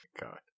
God